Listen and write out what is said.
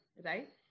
right